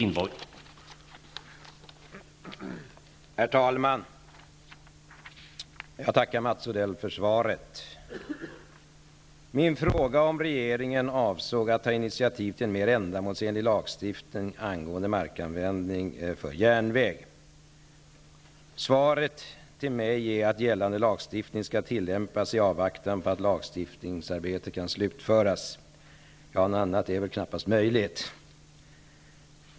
Herr talman! Jag tackar Mats Odell för svaret. Min fråga om huruvida regeringen avsåg att ta initiativ till mer ändamålsenlig lagstiftning angående markanvändning för järnväg besvaras med att gällande lagstiftning skall tillämpas i avvaktan på att lagstiftningsarbetet kan slutföras. Något annat är väl knappast möjligt?